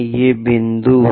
ये बिंदु हैं